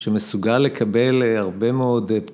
שמסוגל לקבל הרבה מאוד